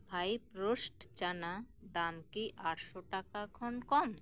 five roast ᱪᱟᱱᱟ ᱫᱟᱢ ᱠᱤ ᱟᱴ ᱥᱚ ᱴᱟᱠᱟ ᱠᱷᱚᱱ ᱠᱚᱢ